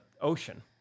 ocean